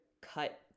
cut